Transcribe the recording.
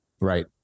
Right